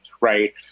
right